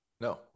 No